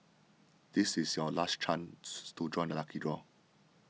this is your last chance to join the lucky draw